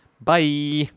Bye